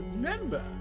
remember